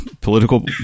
political